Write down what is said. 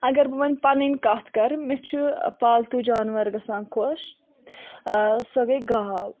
اگر بہٕ وۄنۍ پَنٕنۍ کَتھ کرٕ مےٚ چھُ پالتو جانور گژھان خۄش سۄ گے گاو